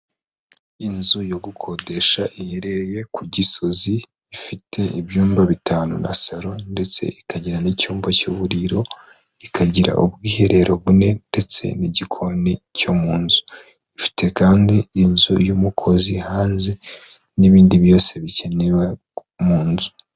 Inzu yo gukodesha iherereye ku Gisozi, ifite ibyumba bitanu na saro ndetse ikagira n'icyumba cy'uburiro, ikagira ubwiherero bune ndetse n'igikoni cyo mu nzu, ifite kandi inzu y'umukozi hanze n'ibindi byose bikenewe mu nzu.